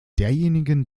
derjenigen